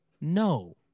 No